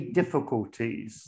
difficulties